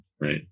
right